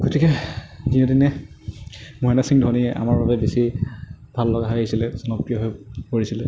গতিকে দিনে দিনে মহেন্দ্ৰ সিং ধোনীয়ে আমাৰ বাবে বেছি ভাললগা হৈ আহিছিলে জনপ্ৰিয় হৈ পৰিছিলে